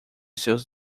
seus